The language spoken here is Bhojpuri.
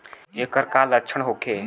ऐकर का लक्षण होखे?